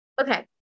Okay